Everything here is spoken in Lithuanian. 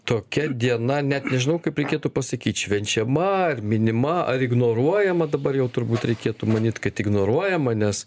tokia diena net nežinau kaip reikėtų pasakyt švenčiama ar minima ar ignoruojama dabar jau turbūt reikėtų manyt kad ignoruojama nes